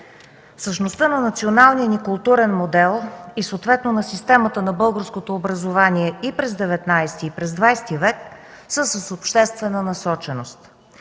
Същността на националния ни културен модел и съответно на системата на българското образование и през ХІХ, и през ХХ век са с обществена насоченост.